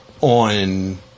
on